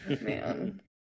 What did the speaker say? Man